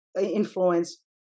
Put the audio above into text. influence